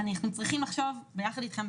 אנחנו צריכים לחשוב ביחד איתכם,